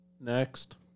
next